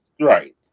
Right